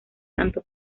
tanto